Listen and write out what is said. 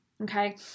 Okay